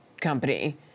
company